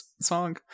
song